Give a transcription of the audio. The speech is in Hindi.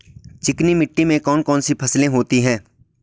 चिकनी मिट्टी में कौन कौन सी फसलें होती हैं?